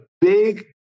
big